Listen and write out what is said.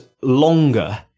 longer